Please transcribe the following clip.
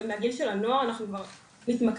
מהגיל של הנוער אנחנו כבר מתמכרים,